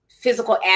physical